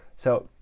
so